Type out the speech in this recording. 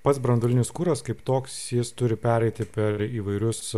pats branduolinis kuras kaip toks jis turi pereiti per įvairius